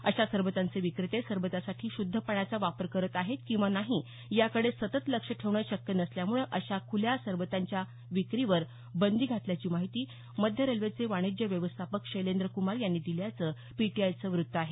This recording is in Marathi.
अशा सरबतांचे विक्रेते सरबतासाठी शुद्ध पाण्याचा वापर करत आहेत किंवा नाही याकडे सतत लक्ष ठेवणं शक्य नसल्यामुळे अशा खुल्या सरबतांच्या विक्रीवर बंदी घातल्याची माहिती मध्य रेल्वेचे वाणिज्य व्यवस्थापक शैलेंद्र कुमार यांनी दिल्याचं पीटीआयचं वृत्त आहे